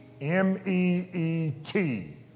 M-E-E-T